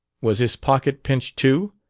was his pocket pinched too,